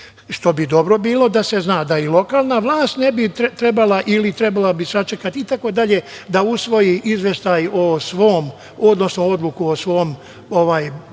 Što bi dobro bilo da se zna da i lokalna vlast ne bi trebala ili trebala bi sačekati da usvoji izveštaj o svom, odnosno odluku o svom